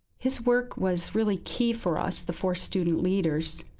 his work was really key for us, the four student leaders.